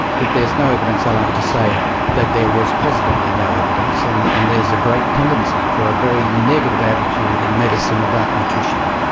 if there's no evidence i like to say that there was positively no evidence, and and there's a great tendency for a very negative attitude in medicine about nutrition.